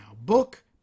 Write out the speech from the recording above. book